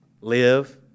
live